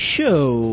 Show